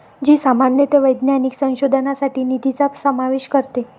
जी सामान्यतः वैज्ञानिक संशोधनासाठी निधीचा समावेश करते